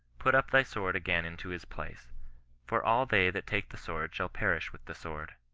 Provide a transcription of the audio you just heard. put up thy sword again into his place for all they that take the sword shall perish with the sword.